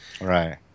Right